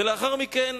ולאחר מכן